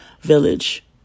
village